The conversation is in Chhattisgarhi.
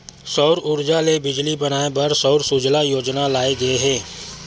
सउर उरजा ले बिजली बनाए बर सउर सूजला योजना लाए गे हे